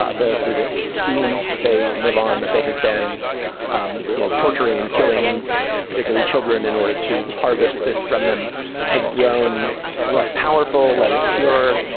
ah this steam that they live on that they have been um you know torturing and killing particularly children in order to harvest this from them has grown less powerful less pure.